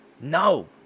No